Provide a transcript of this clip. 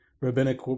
rabbinic